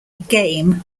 game